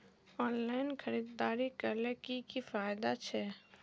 Online खरीदारी करले की की फायदा छे?